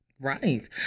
Right